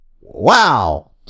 Wow